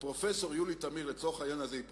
פרופסור יולי תמיר, לצורך העניין הזה היא פרופסור,